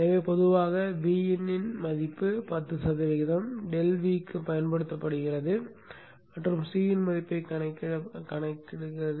எனவே பொதுவாக Vo இன் 10 சதவிகிதம் ∆V க்கு பயன்படுத்தப்படுகிறது மற்றும் C இன் மதிப்பைக் கணக்கிடுகிறது